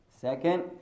Second